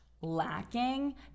lacking